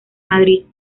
madrid